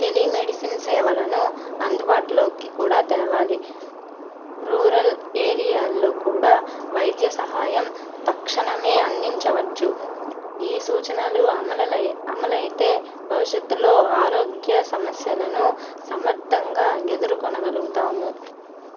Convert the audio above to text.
telemedicine సేవలను అందుబాటులోకి కూడా తేవాలి రూరల్ ఏరియాల్లో కూడా వైద్య సహాయం తక్షణమే అందించవచ్చు ఈ సూచనలు అమల అమలైతే భవిష్యత్తులో ఆరోగ్య సమస్యలను సామర్ధ్యంగా ఎదుర్కొనగలుగుతాము